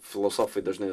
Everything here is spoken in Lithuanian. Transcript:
filosofai dažnai